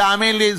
תאמין לי,